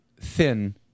thin